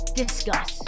discuss